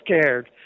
scared